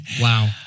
wow